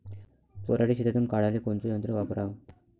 पराटी शेतातुन काढाले कोनचं यंत्र वापराव?